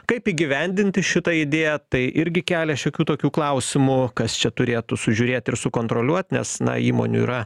kaip įgyvendinti šitą idėją tai irgi kelia šiokių tokių klausimų kas čia turėtų sužiūrėt ir sukontroliuot nes na įmonių yra